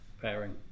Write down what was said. pairing